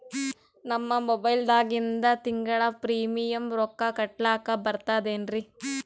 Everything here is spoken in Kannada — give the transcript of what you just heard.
ನಮ್ಮ ಮೊಬೈಲದಾಗಿಂದ ತಿಂಗಳ ಪ್ರೀಮಿಯಂ ರೊಕ್ಕ ಕಟ್ಲಕ್ಕ ಬರ್ತದೇನ್ರಿ?